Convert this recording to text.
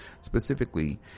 specifically